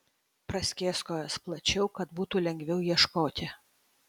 praskėsk kojas plačiau kad būtų lengviau ieškoti